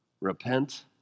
Repent